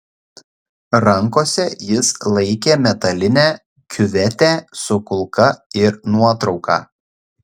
rankose jis laikė metalinę kiuvetę su kulka ir nuotrauką